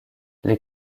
les